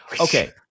Okay